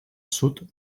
sud